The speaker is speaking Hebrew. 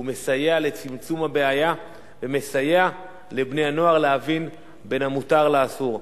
הוא מסייע לצמצום הבעיה ומסייע לבני-הנוער להבחין בין המותר לאסור.